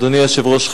אדוני היושב-ראש,